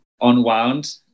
unwound